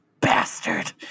bastard